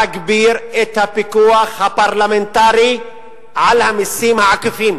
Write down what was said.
להגביר את הפיקוח הפרלמנטרי על המסים העקיפים,